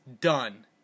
done